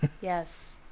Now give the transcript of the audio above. Yes